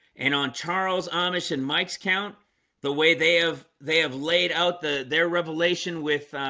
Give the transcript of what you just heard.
and on charles amish and mike's count the way they have they have laid out the their revelation with